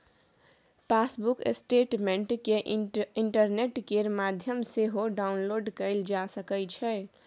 passbook statement केँ internet केर माध्यमसँ सेहो डाउनलोड कएल जा सकै छै